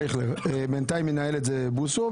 אייכלר: בינתיים ינהל את זה בוסו,